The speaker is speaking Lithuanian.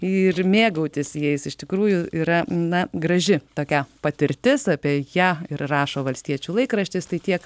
ir mėgautis jais iš tikrųjų yra na graži tokia patirtis apie ją ir rašo valstiečių laikraštis tai tiek